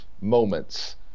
moments